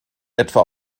etwa